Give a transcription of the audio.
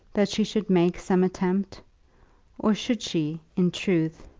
that she should make some attempt or should she, in truth,